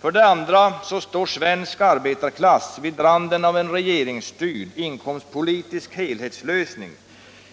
För det andra står svensk arbetarklass vid randen av en regeringsstyrd inkomstpolitiks helhetslösning